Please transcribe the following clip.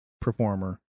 performer